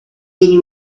little